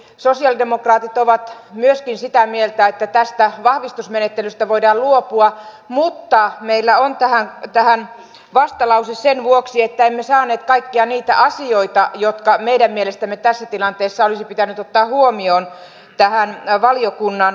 myöskin sosialidemokraatit ovat sitä mieltä että tästä vahvistusmenettelystä voidaan luopua mutta meillä on tähän vastalause sen vuoksi että emme saaneet kaikkia niitä asioita jotka meidän mielestämme tässä tilanteessa olisi pitänyt ottaa huomioon tähän valiokunnan mietintöön